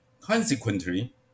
Consequently